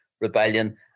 Rebellion